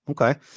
Okay